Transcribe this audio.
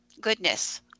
goodness